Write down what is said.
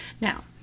Now